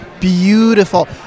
beautiful